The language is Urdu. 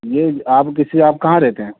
یہ آپ کسی سے آپ کہاں رہتے ہیں